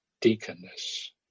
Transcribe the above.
deaconess